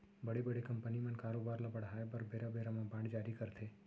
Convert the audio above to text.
बड़े बड़े कंपनी मन कारोबार ल बढ़ाय बर बेरा बेरा म बांड जारी करथे